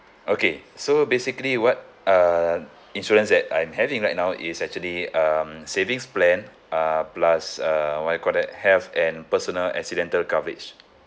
okay so basically what uh insurance that I'm having right now is actually um savings plan uh plus uh what you call that health and personal accidental coverage